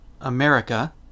America